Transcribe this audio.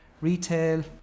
retail